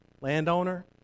landowner